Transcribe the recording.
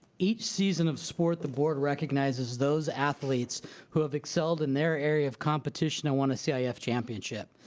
each season of sport the board recognizes those athletes who have excelled in their area of competition and won a cif championship.